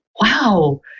wow